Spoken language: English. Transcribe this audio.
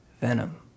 venom